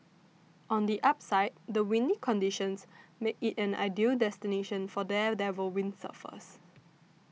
on the upside the windy conditions make it an ideal destination for daredevil windsurfers